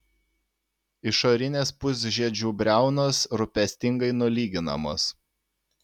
išorinės pusžiedžių briaunos rūpestingai nulyginamos